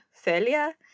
Celia